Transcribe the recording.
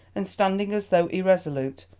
and, standing as though irresolute,